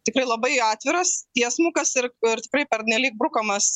tikrai labai atviras tiesmukas ir ir tikrai pernelyg brukamas